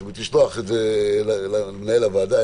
לשלוח אותן למנהל הוועדה,